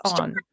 on